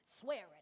swearing